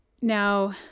Now